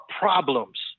problems